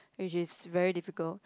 which is very difficult